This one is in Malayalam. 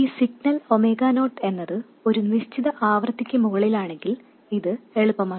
ഈ സിഗ്നൽ 0 എന്ന ഒരു നിശ്ചിത ആവൃത്തിമുകളിലാണെങ്കിൽ അത് എളുപ്പമാണ്